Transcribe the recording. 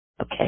Okay